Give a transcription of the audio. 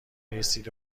بایستید